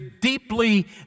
deeply